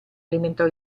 alimentò